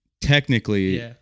technically